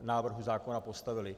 návrhu zákona postavili.